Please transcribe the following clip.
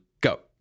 go